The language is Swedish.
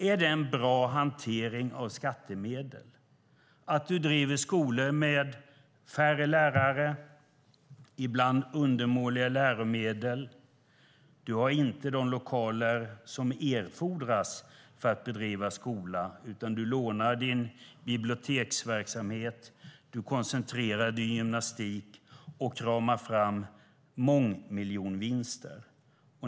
Är det en bra hantering av skattemedel att de driver skolor med färre lärare och ibland undermåliga läromedel, utan de lokaler som erfordras för att bedriva skola och med lånad biblioteksverksamhet och koncentrerad gymnastik och kramar fram mångmiljonvinster?